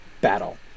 battle